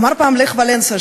אמר פעם לך ולנסה,